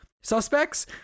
suspects